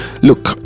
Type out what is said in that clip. look